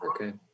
Okay